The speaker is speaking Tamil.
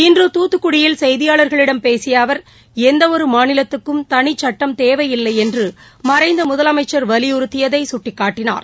இன்று தூத்துக்குடியில் செய்தியாளர்களிடம் பேசிய அவர் எந்த ஒரு மாநிலத்துக்கும் தனிக் சுட்டம் தேவையில்லை என்று மறைந்த முதலமைச்சர் வலியுறுத்தியதை சுட்டிக்காட்டினார்